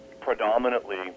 predominantly